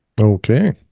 Okay